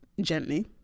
gently